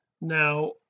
now